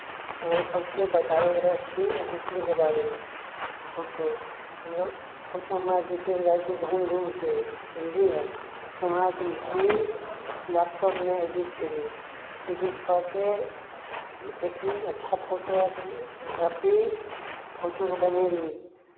अहाँसभकेँ बताबयवला छी एडिटिंगके बारेमे फोटो हम आर फोटो हम आर घीचय लेल जाइ छी घूमि घूमि कऽ बुझलियै ने कैमरासँ घिचली लैपटॉपमे एडिट कयली एडिट कऽ के फेर देखली अच्छा फोटो रखली फोटोकेँ बनयली